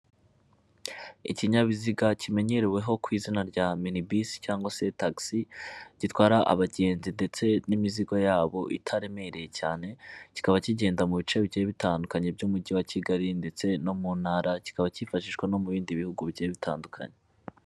Ikinyabiziga kimenyereweho ku izina rya minibisi cyangwa se tagisi gitwara abagenzi ndetse n'imizigo yabo itaremereye cyane kikaba kigenda mu bice bigiye bitandukanye by'umujyi wa Kigali ndetse no mu ntara kikaba cyifashishwa no mu bindi bihugu bigiye bitandukanye.